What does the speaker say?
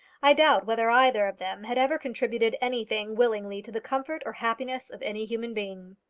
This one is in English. i doubt whether either of them had ever contributed anything willingly to the comfort or happiness of any human being.